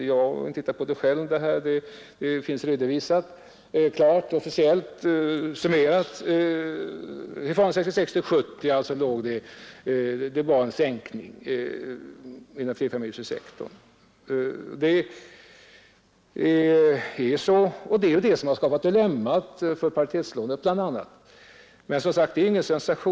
En summering ger alltså vid handen att det under åren 1966—1970 skedde en sänkning Nr 60 inom flerfamiljshussektorn. Det är detta som har skapat dilemmat för Onsdagen den bl.a. paritetslånen. Men det är som sagt ingen sensation.